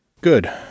Good